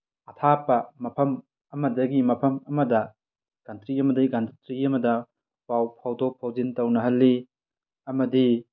ꯑꯊꯥꯞꯄ ꯃꯐꯝ ꯑꯃꯗꯒꯤ ꯃꯐꯝ ꯑꯃꯗ ꯀꯟꯇ꯭ꯔꯤ ꯑꯃꯗꯒꯤ ꯀꯟꯇ꯭ꯔꯤ ꯑꯃꯗ ꯄꯥꯎ ꯐꯥꯎꯗꯣꯛ ꯐꯥꯎꯖꯤꯟ ꯇꯧꯅꯍꯜꯂꯤ ꯑꯃꯗꯤ